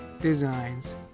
designs